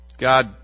God